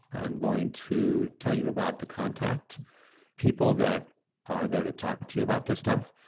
i'm going to tell you about the contact people that are there to talk to you about this stuff.